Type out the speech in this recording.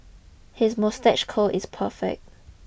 his moustache curl is perfect